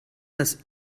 das